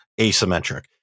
asymmetric